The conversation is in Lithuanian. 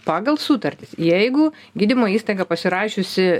pagal sutartis jeigu gydymo įstaiga pasirašiusi